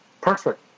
perfect